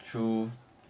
true